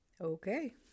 Okay